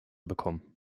bekommen